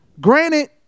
granted